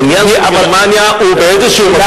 הוזמן לדן מרגלית שזרק אותו החוצה,